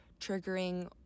triggering